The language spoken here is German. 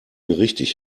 richtig